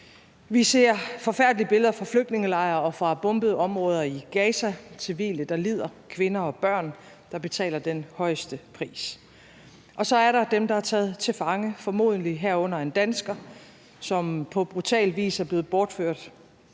Vi ser forfærdelige billeder fra flygtningelejre og fra bombede områder i Gaza: civile, der lider, og kvinder og børn, der betaler den højeste pris. Og så er der dem, der er taget til fange, herunder formodentlig en dansker, som på brutal vis er blevet bortført